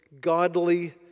godly